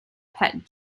pet